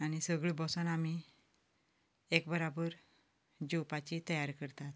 आनी सगळीं बसोन आमी एक बराबर जेवपाची तयार करतात